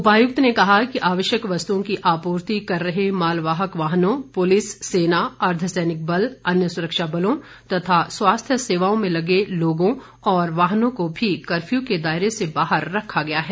उपायुक्त ने कहा कि आवश्यक वस्तुओं की आपूर्ति कर रहे मालवाहक वाहनों पुलिस सेना अर्धसैनिक बल अन्य सुरक्षा बलों तथा स्वास्थ्य सेवा में लगे लोगों और वाहनों को भी कर्फ्यू के दायरे से बाहर रखा गया है